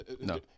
No